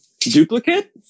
duplicate